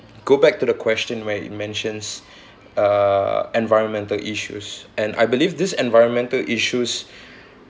go back to the question where it mentions uh environmental issues and I believe these environmental issues